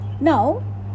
Now